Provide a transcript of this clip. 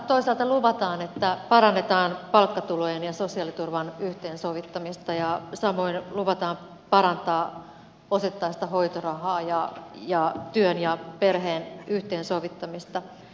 hallitusohjelmassa toisaalta luvataan että parannetaan palkkatulojen ja sosiaaliturvan yhteensovittamista ja samoin luvataan parantaa osittaista hoitorahaa ja työn ja perheen yhteensovittamista